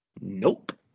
nope